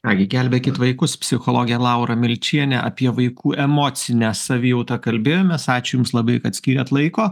ką gi gelbėkit vaikus psichologė laura milčienė apie vaikų emocinę savijautą kalbėjomės ačiū jums labai kad skyrėt laiko